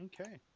Okay